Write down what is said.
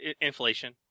inflation